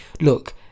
look